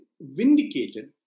vindicated